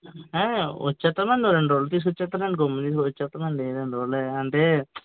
వచ్చేస్తాం అండి ఒక రెండు రోజుల్లో తీసుకొచ్చేస్తానండి గమ్మున తీసుకొచ్చేస్తానండి రెండు రోజులు అంటే